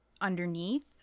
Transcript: underneath